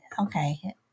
Okay